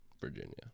virginia